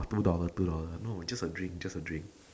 two dollar two dollar no just a drink just a a drink